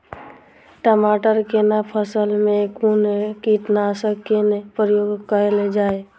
टमाटर केँ फसल मे कुन कीटनासक केँ प्रयोग कैल जाय?